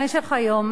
במשך היום,